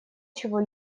чего